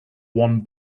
one